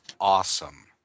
awesome